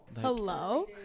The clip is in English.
Hello